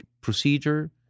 procedure